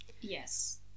Yes